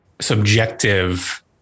subjective